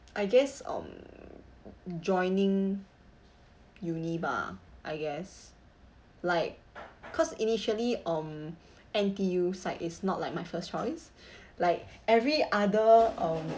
I guess um joining uni bah I guess like cause initially um N_T_U site is not like my first choice like every other um